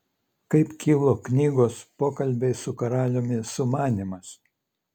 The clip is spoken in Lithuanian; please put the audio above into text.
kaip kilo knygos pokalbiai su karaliumi sumanymas